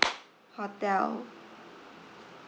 hotel